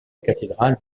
cathédrale